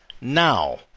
now